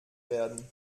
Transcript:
werden